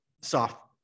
soft